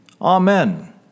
Amen